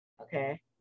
okay